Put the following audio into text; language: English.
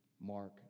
mark